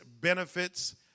benefits